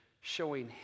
showing